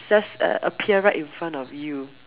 just a~ appear right in front of you